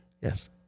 Yes